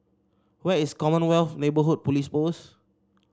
where is Commonwealth Neighbourhood Police Post